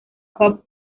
cup